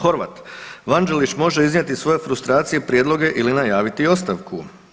Horvat, Vanđelić može iznijeti svoje frustracije, prijedloge ili najaviti ostavku.